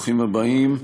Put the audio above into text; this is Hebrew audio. ברוכים הבאים,